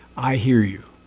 i hear you.